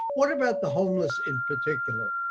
what about the homeless in particular?